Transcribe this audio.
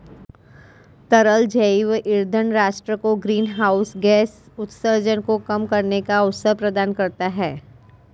तरल जैव ईंधन राष्ट्र को ग्रीनहाउस गैस उत्सर्जन को कम करने का अवसर प्रदान करता है